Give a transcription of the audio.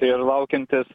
ir laukiantis